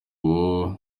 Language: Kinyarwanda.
ubu